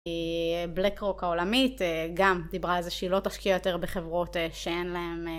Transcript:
בלק רוק העולמית, גם דיברה על זה שהיא לא תשקיעי יותר בחברות שאין להן...